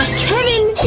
kevin,